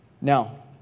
Now